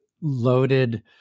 loaded